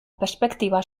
perspektiba